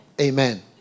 Amen